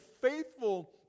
faithful